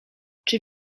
czy